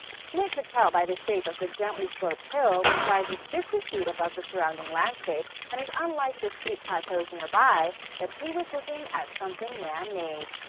schmidt could tell by the shape of the gently-sloped hill, which rises fifty feet above the surrounding landscape and is unlike the steep plateaus nearby, that he was looking at something man-made.